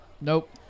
Nope